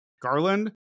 Garland